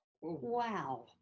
Wow